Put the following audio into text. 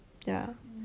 ya